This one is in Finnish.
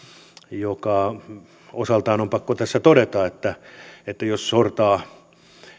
mikä osaltaan on pakko tässä todeta jos sortaa